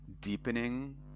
deepening